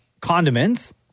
condiments